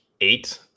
eight